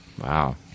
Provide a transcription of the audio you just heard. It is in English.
Wow